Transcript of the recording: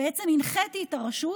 הנחיתי את הרשות,